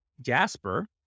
Jasper